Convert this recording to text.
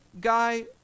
guy